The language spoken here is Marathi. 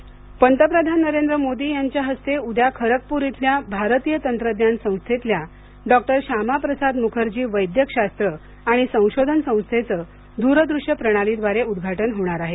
श्यामाप्रसाद इन्स्टि पंतप्रधान नरेंद्र मोदी यांच्या हस्ते उद्या खरगपूर इथल्या भारतीय तंत्रज्ञान संस्थेतल्या डॉक्टर श्यामाप्रसाद मुखर्जी वैद्यकशास्त्र आणि संशोधन संस्थेचं दूरदृश्य प्रणालीद्वारे उद्घाटन होणार आहे